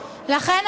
את יכולה לרדת.